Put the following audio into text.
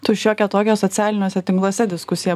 tu šiokią tokią socialiniuose tinkluose diskusiją